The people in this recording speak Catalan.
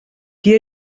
qui